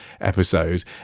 episode